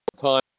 time